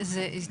אז יש הסכמה.